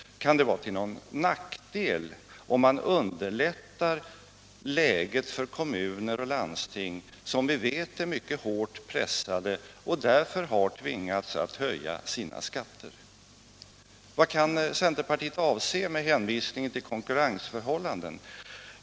Kan det vara till någon nackdel, om man underlättar läget för kommuner och landsting, som vi vet är mycket hårt pressade och därför har tvingats höja sina skatter? Vad kan centerpartiet avse med hänvisningen till konkurrensförhållandena?